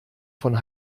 von